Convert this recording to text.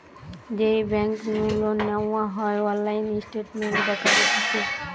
যেই বেংক নু লোন নেওয়া হয়অনলাইন স্টেটমেন্ট দেখা যাতিছে